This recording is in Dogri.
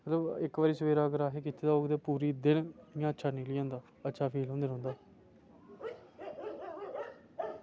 ते इक्क बारी असें कीता होग ते पूरे दिन इन्ना अच्छा फील होंदा अच्छा फील होंदा रौहंदा